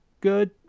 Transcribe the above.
good